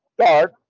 start